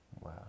Wow